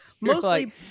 Mostly